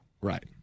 Right